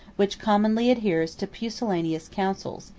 which commonly adheres to pusillanimous counsels,